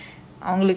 where do you stay